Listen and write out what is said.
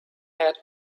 had